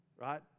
Right